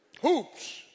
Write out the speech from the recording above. hoops